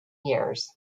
years